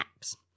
apps